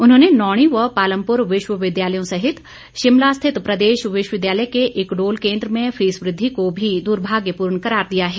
उन्होंने नौणी व पालमपुर विश्वविद्यालयों सहित शिमला स्थित प्रदेश विश्वविद्यालय के इकडोल केंद्र में फीस वद्धि को भी दर्भाग्यपूर्ण कैरार दिया है